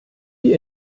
die